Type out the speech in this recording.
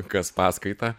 kas paskaitą